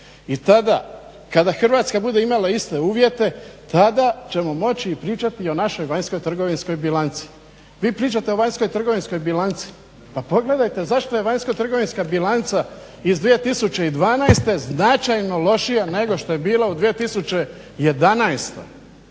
I tada kada Hrvatska bude imala iste uvjete tada ćemo moći pričati o našoj vanjskotrgovinskoj bilanci. Vi pričate o vanjskotrgovinskoj bilanci, pa pogledajte zašto je vanjskotrgovinska bilanca iz 2012. značajno lošija nego što je bila u 2011.